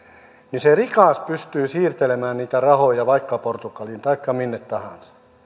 niin se rikas pystyy siirtelemään niitä rahoja vaikka portugaliin taikka minne tahansa